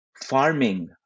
farming